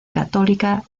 católica